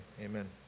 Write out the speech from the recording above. amen